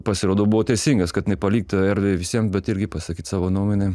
pasirodo buvo teisingas kad nepalikt erdvę visiem bet irgi pasakyt savo nuomonę